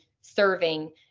serving